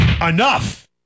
enough